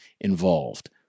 involved